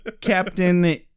Captain